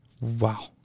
wow